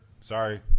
sorry